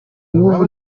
ngubu